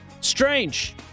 strange